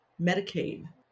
Medicaid